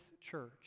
church